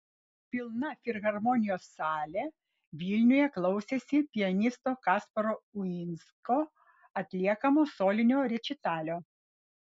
pilna filharmonijos salė vilniuje klausėsi pianisto kasparo uinsko atliekamo solinio rečitalio